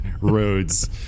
roads